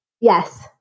Yes